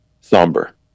somber